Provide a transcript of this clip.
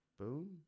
boom